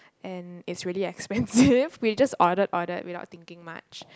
and it's really expensive we just order order without thinking much